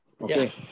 Okay